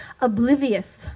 oblivious